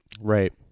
right